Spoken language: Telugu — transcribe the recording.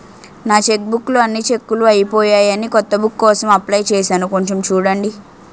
నా చెక్బుక్ లో అన్ని చెక్కులూ అయిపోయాయని కొత్త బుక్ కోసం అప్లై చేసాను కొంచెం చూడండి